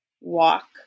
walk